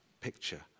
picture